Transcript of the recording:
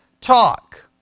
talk